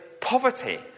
poverty